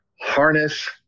harness